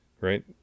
Right